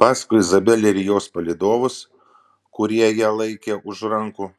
paskui izabelę ir jos palydovus kurie ją laikė už rankų